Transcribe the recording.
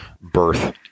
birth